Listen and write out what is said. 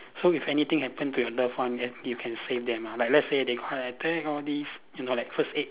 so if anything happen to your love one then you can save them ah like let's say they heart attack all this you know like first aid